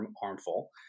harmful